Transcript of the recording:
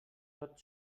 tot